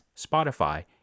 Spotify